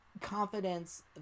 confidence